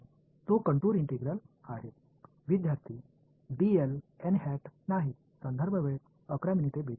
மாணவர் இல்லை இயல்பானது